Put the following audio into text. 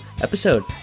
episode